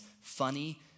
funny